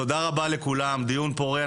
תודה רבה לכולם, דיון פורה.